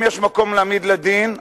אם יש מקום להעמיד לדין,